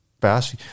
fast